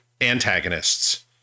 antagonists